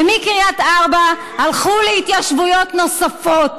ומקריית ארבע הלכו להתיישבויות נוספות.